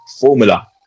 formula